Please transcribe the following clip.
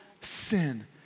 sin